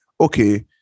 okay